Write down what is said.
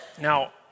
Now